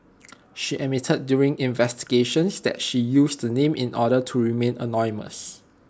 she admitted during investigations that she used the name in order to remain anonymous